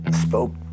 spoke